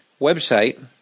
website